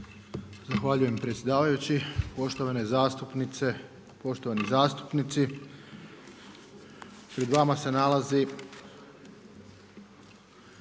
Zahvaljujem predsjedavajući. Poštovane zastupnice, poštovani zastupnici. Pred vama se nalazi